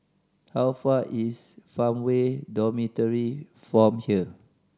how far is Farmway Dormitory from here